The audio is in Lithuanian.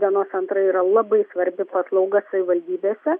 dienos centrai yra labai svarbi paslauga savivaldybėse